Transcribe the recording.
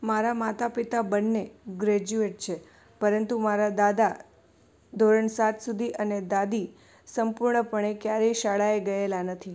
મારા માતા પિતા બંને ગ્રેજ્યુએટ છે પરંતુ મારા દાદા ધોરણ સાત સુધી અને દાદી સંપૂર્ણપણે ક્યારેય શાળાએ ગયેલાં નથી